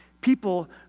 people